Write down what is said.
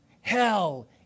Hell